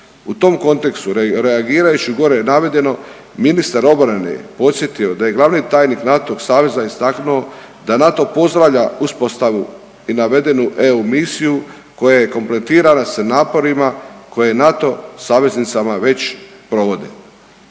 U tom kontekstu reagirajući gore navedeno ministar obrane je podsjetio da je glavni tajnik NATO saveza istaknuo da NATO pozdravlja uspostavu i navedenu EU misiju koja je kompletirana sa naporima koje NATO saveznicama već provode.